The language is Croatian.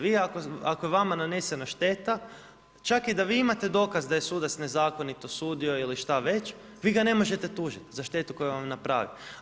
Vi ako, ako je vama nanesena šteta, čak i da vi imate dokaz da je sudac nezakonito sudio ili šta već, vi ga ne možete tužiti za štetu koju vam napravio.